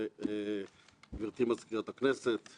איתן כבל בא אליי מרגע שהוטלה עליו המשימה ואמר: